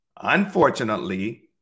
unfortunately